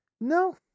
no